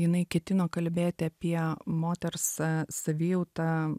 jinai ketino kalbėti apie moters savijautą